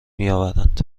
میآورند